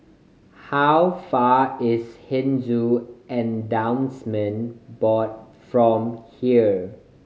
how far is Hindu Endowment Board from here